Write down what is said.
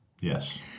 Yes